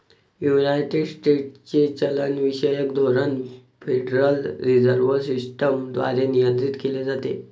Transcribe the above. United स्टेट्सचे चलनविषयक धोरण फेडरल रिझर्व्ह सिस्टम द्वारे नियंत्रित केले जाते